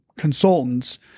consultants